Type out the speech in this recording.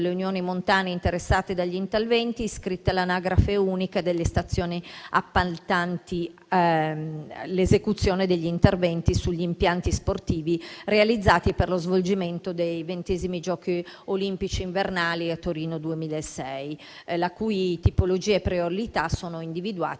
unioni montane interessati dagli interventi, iscritte all'Anagrafe Unica delle Stazioni Appaltanti - A.U.S.A., l'esecuzione degli interventi sugli impianti sportivi realizzati per lo svolgimento dei XX Giochi olimpici invernali «Torino 2006», la cui tipologia e priorità sono individuati